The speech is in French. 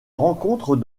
rencontre